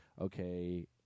okay